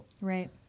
Right